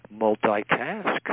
multitask